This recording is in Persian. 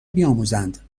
بیاموزند